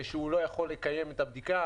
שהוא לא יכול לקיים את הבדיקה,